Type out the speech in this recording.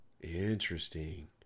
Interesting